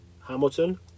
Hamilton